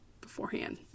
beforehand